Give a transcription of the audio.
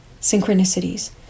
synchronicities